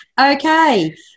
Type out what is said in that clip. Okay